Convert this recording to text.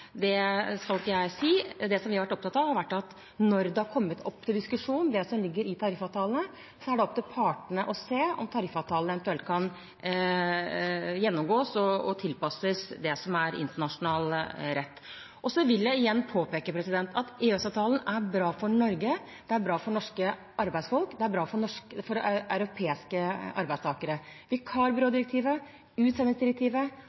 skal ikke jeg si. Det som vi har vært opptatt av, er: Når det har kommet opp til diskusjon, det som ligger i tariffavtalene, er det opp til partene å se om tariffavtalen eventuelt kan gjennomgås og tilpasses det som er internasjonal rett. Jeg vil igjen påpeke at EØS-avtalen er bra for Norge. Den er bra for norske arbeidsfolk, den er bra for